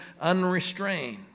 unrestrained